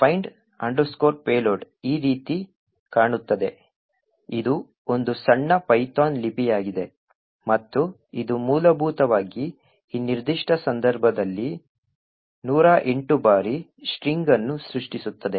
ಆದ್ದರಿಂದ find payload ಈ ರೀತಿ ಕಾಣುತ್ತದೆ ಇದು ಒಂದು ಸಣ್ಣ ಪೈಥಾನ್ ಲಿಪಿಯಾಗಿದೆ ಮತ್ತು ಇದು ಮೂಲಭೂತವಾಗಿ ಈ ನಿರ್ದಿಷ್ಟ ಸಂದರ್ಭದಲ್ಲಿ 108 ಬಾರಿ ಸ್ಟ್ರಿಂಗ್ ಅನ್ನು ಸೃಷ್ಟಿಸುತ್ತದೆ